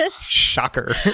Shocker